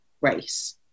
race